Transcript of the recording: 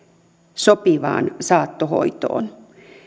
sopivaan saattohoitoon